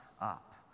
up